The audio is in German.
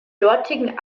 dortigen